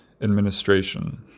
administration